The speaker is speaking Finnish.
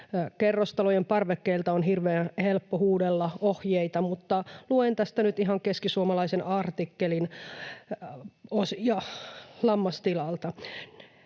Kerrostalojen parvekkeelta on hirveän helppo huudella ohjeita, mutta luen tästä nyt ihan Keskisuomalaisen artikkelin lammastilalta: